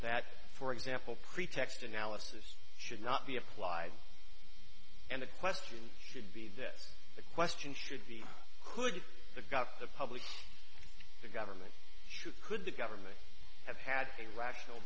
that for example pretext analysis should not be applied and the question should be that the question should be could the got the public the government should could the government have had a rational